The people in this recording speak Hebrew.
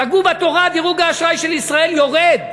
פגעו בתורה, דירוג האשראי של ישראל יורד.